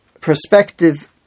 perspective